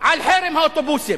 על חרם האוטובוסים.